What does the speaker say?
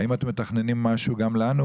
האם אתם מתכננים משהו גם לנו,